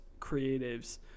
creatives